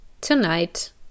tonight